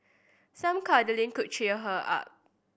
some cuddling could cheer her up